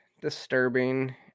disturbing